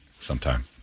sometime